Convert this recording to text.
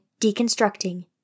deconstructing